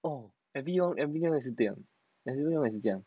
abby abby abby one 的是怎样